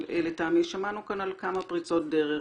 שמענו כאן על כמה פריצות דרך.